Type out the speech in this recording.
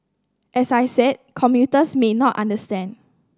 as I said commuters may not understand